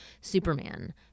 Superman